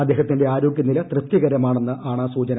അദ്ദേഹത്തിന്റെ ആരോഗൃനില തൃപ്തികരമാണെന്നാണ് സൂചന